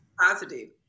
positive